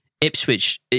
Ipswich